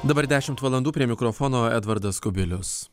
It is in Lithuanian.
dabar dešimt valandų prie mikrofono edvardas kubilius